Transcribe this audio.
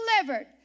delivered